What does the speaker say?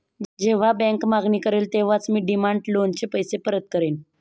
जेव्हा बँक मागणी करेल तेव्हाच मी डिमांड लोनचे पैसे परत करेन